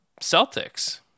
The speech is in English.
Celtics